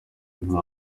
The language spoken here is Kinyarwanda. nta